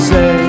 Say